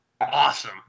Awesome